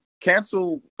cancel